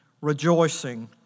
rejoicing